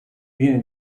viene